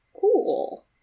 Cool